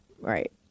Right